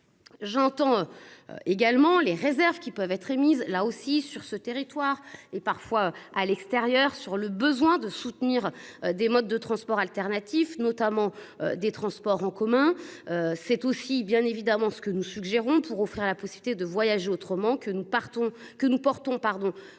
J'entends. Également les réserves qui peuvent être émises là aussi sur ce territoire et parfois à l'extérieur sur le besoin de soutenir des modes de transport alternatif notamment des transports en commun. C'est aussi bien évidemment ce que nous suggérons pour offrir la possibilité de voyager autrement que nous ne partons que nous